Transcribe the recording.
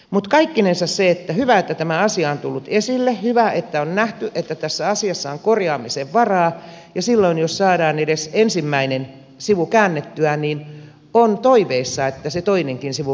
mutta kaikkinensa on hyvä että tämä asia on tullut esille hyvä että on nähty että tässä asiassa on korjaamisen varaa ja silloin jos saadaan edes ensimmäinen sivu käännettyä niin on toiveissa että se toinenkin sivu kääntyisi joskus